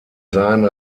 sein